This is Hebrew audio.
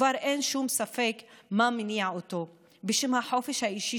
כבר אין שום ספק מה מניע אותו: בשם החופש האישי